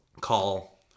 Call